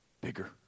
bigger